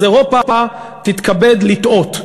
אז אירופה תתכבד לטעות.